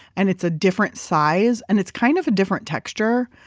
and it's a different size and it's kind of a different texture.